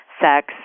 sex